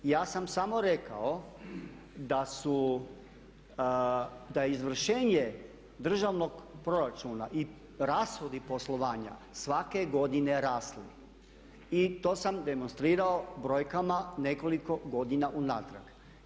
Ja sam samo rekao da su, da je izvršenje državnog proračuna i rashodi poslovanja svake godine rasli i to sam demonstrirao brojkama nekoliko godina unatrag.